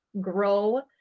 grow